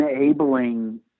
enabling